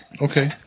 Okay